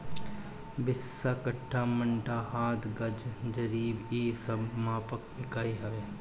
बिस्सा, कट्ठा, मंडा, हाथ, गज, जरीब इ सब मापक इकाई हवे